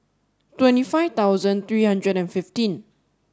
twenty five thousand three hundred and fifteen